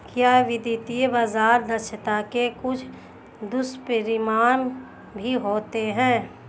क्या वित्तीय बाजार दक्षता के कुछ दुष्परिणाम भी होते हैं?